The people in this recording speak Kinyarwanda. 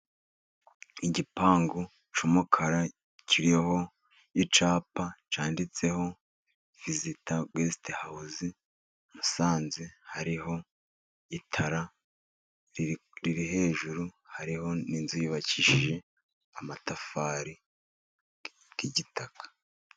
Igipangu cy'umukara kiriho icyapa cyanditseho viziti gesiti hawuze Musanze. Hariho itara riri hejuru, hariho n'inzu yubakishije amatafari y'igitaka.